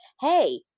Hey